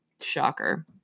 Shocker